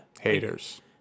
Haters